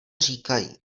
říkají